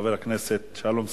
חבר הכנסת שלום שמחון,